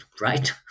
right